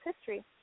history